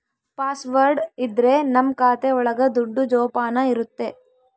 password ಇದ್ರೆ ನಮ್ ಖಾತೆ ಒಳಗ ದುಡ್ಡು ಜೋಪಾನ ಇರುತ್ತೆ